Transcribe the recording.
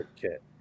kit